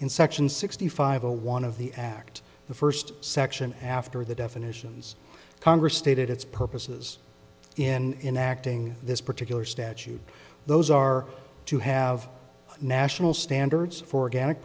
in section sixty five a one of the act the first section after the definitions congress stated its purposes in acting this particular statute those are to have national standards for ga